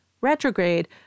retrograde